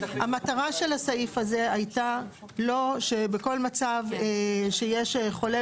המטרה של הסעיף הזה הייתה לא שבכל מצב שיש חולה